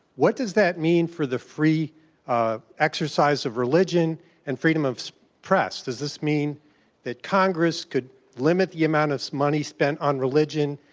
what does that mean to the free ah exercise of religion and freedom of press? does this mean that congress could limit the amount of money spent on religion